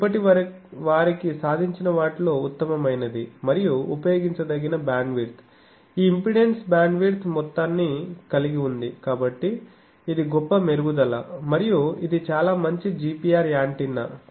ఇది ఇప్పటి వారికి సాధించినవాటిలో ఉత్తమమైనది మరియు ఉపయోగించదగిన బ్యాండ్విడ్త్ ఈ ఇంపెడెన్స్ బ్యాండ్విడ్త్ మొత్తాన్ని కలిగి ఉంది కాబట్టి ఇది గొప్ప మెరుగుదల మరియు ఇది చాలా మంచి GPR యాంటెన్నా